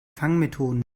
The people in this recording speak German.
fangmethoden